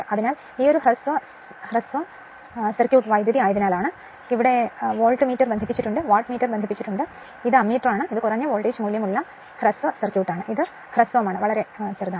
അതിനാൽ ഇത് short circuit വൈദ്യുതി ആയതിനാലാണ് ഇതാണ് വോൾട്ട്മീറ്റർ ബന്ധിപ്പിച്ചിരിക്കുന്നത് വാട്ട്മീറ്റർ ബന്ധിപ്പിച്ചിരിക്കുന്നു ഇത് അമ്മീറ്ററാണ് ഇത് കുറഞ്ഞ വോൾട്ടേജ് മൂല്യമുള്ള ഷോർട്ട് സർക്യൂട്ട് ഇത് ഹ്രസ്വമാണ്